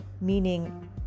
meaning